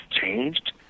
changed